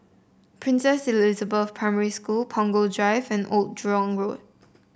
Princess Elizabeth Primary School Punggol Drive and Old Jurong Road